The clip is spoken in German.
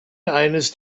eines